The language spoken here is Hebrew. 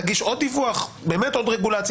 האם היא תגיש עוד דיווח ועוד רגולציה?